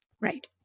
Right